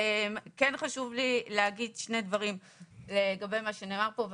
כן חשוב לי להגיד שני דברים לגבי מה שנאמר פה.